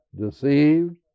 deceived